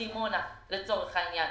את דימונה לצורך העניין.